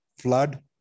flood